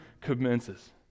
commences